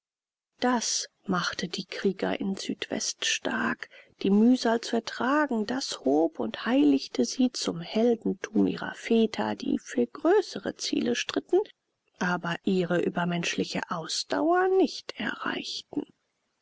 das machte die krieger in südwest stark die mühsal zu ertragen das hob und heiligte sie zum heldentum ihrer väter die für größere ziele stritten aber ihre übermenschliche ausdauer nicht erreichten